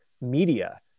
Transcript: media